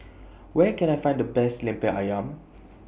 Where Can I Find The Best Lemper Ayam